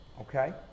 Okay